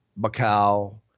Macau